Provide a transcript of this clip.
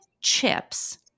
chips